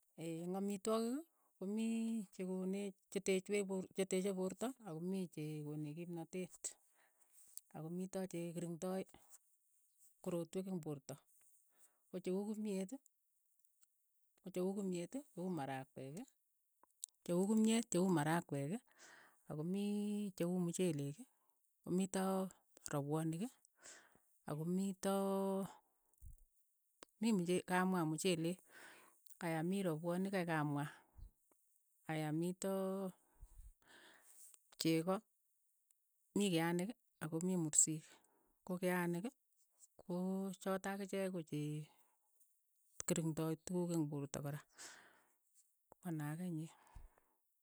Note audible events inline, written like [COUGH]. [HESITATION] eng' amitwogik, ko mii chekoneech chetetweech por cheteeche poorto ako mii che ko neech kimnatet, akomito che kiringdai korotwek eng' poorto, ko che uu kimyet, ko che uu kimyet ko uu marakweek, che uu kimyet che uu marakweek akomii che uu mchelek, komito rapwoniik, akomito mii mche kamwaa mcheleek aya mii rapwoniik kei kamwaa, aya mitoo cheko, mii keaniik ako mii mursiik, ko keaniik ko chotok akiche ko che keringtoi tukuk eng' poorto kora, ka nee ake inye.